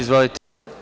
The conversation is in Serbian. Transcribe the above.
Izvolite.